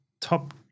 top